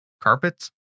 carpets